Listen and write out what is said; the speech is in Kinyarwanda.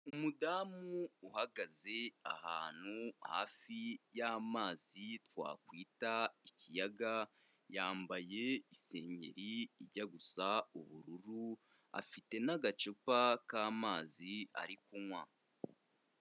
Umudamu uhagaze ahantu hafi y'amazi twakwita ikiyaga, yambaye isengeri ijya gusa ubururu. Afite n'agacupa k'amazi ari kunywa.